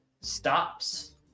stops